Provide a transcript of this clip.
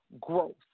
growth